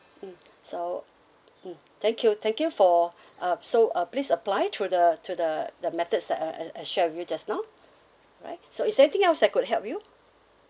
mm so mm thank you thank you for uh so uh please apply through the to the the methods that I I I share with you just now alright so is there anything else I could help you